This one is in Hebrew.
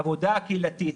העבודה הקהילתית,